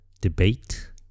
debate